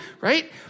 right